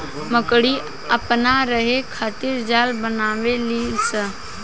मकड़ी अपना रहे खातिर जाल बनावे ली स